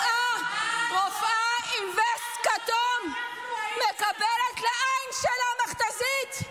--- רופאה עם וסט כתום מקבלת לעין שלה ממכתזית.